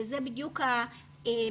ואלה בדיוק המאזניים,